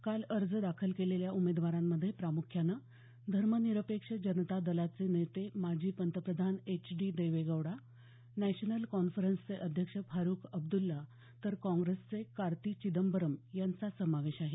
काल अर्ज दाखल केलेल्या उमेदवारांमध्ये प्रामुख्याने धर्मनिरपेक्ष जनता दलाचे नेते माजी पंतप्रधान एच डी देवेगौडा नॅशनल कॉन्फ्रन्सचे अध्यक्ष फारुख अब्दल्ला तर काँग्रेसचे कार्ति चिदंबरम यांचा समावेश आहे